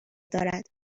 دارد